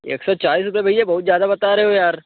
एक सौ चालीस रुपए भैया बहुत ज़्यादा बता रहे हो यार